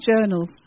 journals